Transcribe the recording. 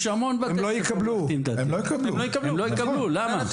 הם לא יקבלו למה?